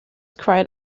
cried